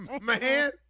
Man